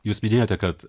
jūs minėjote kad